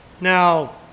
Now